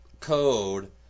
code